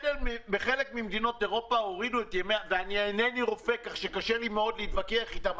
בחלק ממדינות אירופה ואינני רופא כך שקשה לי מאוד להתווכח איתם,